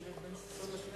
החזירו את בן-ששון לכנסת.